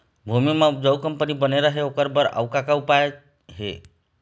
भूमि म उपजाऊ कंपनी बने रहे ओकर बर अउ का का उपाय हे?